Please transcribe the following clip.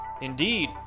Indeed